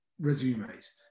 resumes